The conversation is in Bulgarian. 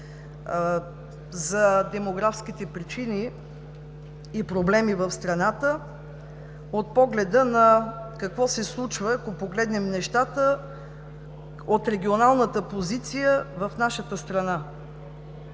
на демографските причини и проблеми в страната, от погледа на какво се случва, ако погледнем нещата от регионалната позиция в нашата страна.